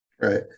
right